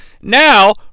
Now